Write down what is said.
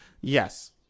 Yes